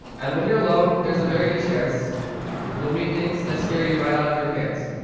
and when you're alone, there's a very good chance you'll meet things that scare you right out of your pants.